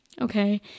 okay